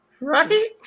right